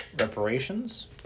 Reparations